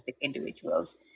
individuals